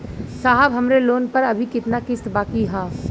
साहब हमरे लोन पर अभी कितना किस्त बाकी ह?